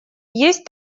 есть